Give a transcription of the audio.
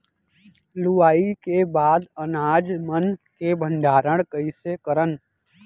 लुवाई के बाद अनाज मन के भंडारण कईसे करन?